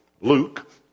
Luke